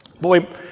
Boy